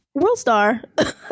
Worldstar